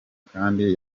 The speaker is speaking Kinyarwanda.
kandi